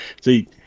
see